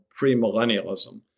premillennialism